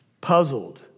Puzzled